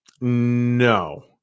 No